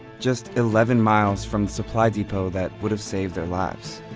just eleven miles from the supply depot that would have saved their lives.